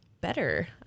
better